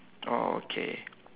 oh okay